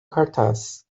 cartaz